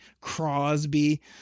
Crosby